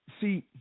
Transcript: See